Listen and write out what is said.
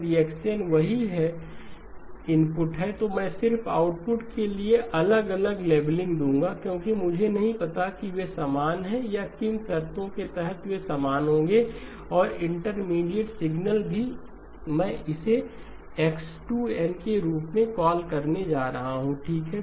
यदि यह x n वही इनपुट है तो मैं सिर्फ आउटपुट के लिए अलग अलग लेबलिंग दूंगा क्योंकि मुझे नहीं पता कि वे समान हैं या किन शर्तों के तहत वे समान होंगे और इंटरमीडिएट सिग्नल भी मैं इसे X2 n के रूप में कॉल करने जा रहा हूं ठीक है